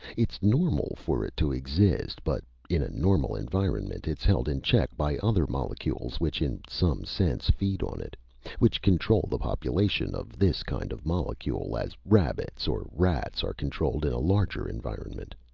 it's normal for it to exist, but in a normal environment it's held in check by other molecules which in some sense feed on it which control the population of this kind of molecule as rabbits or rats are controlled in a larger environment.